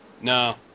No